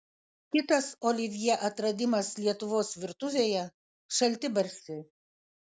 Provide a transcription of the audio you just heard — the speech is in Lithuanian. kitas olivjė atradimas lietuvos virtuvėje šaltibarščiai